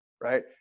right